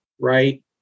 right